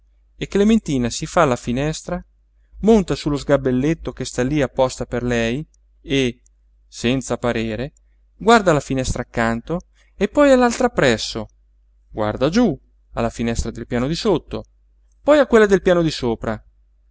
e clementina si fa alla finestra monta su lo sgabelletto che sta lí apposta per lei e senza parere guarda alla finestra accanto e poi all'altra appresso guarda giú alla finestra del piano di sotto poi a quella del piano di sopra